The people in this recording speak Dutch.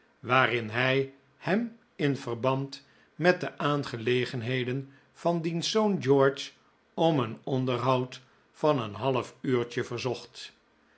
waarin hij hem in verband met de aangelegenheden van diens zoon george om een onderhoud van een half uurtje verzocht